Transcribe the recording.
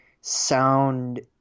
sound